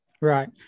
Right